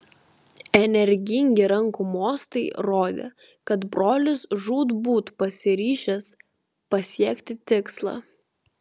energingi rankų mostai rodė kad brolis žūtbūt pasiryžęs pasiekti tikslą